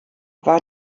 war